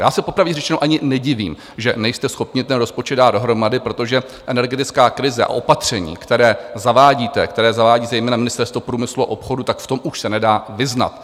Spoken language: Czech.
Já se popravdě řečeno ani nedivím, že nejste schopni ten rozpočet dát dohromady, protože energetická krize a opatření, která zavádíte, která zavádí zejména Ministerstvo průmyslu a obchodu, tak v tom už se nedá vyznat.